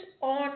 on